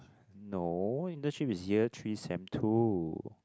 no internship is year three sem two